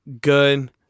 good